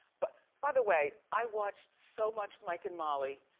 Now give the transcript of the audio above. but, by the way, i watched so much mike and molly.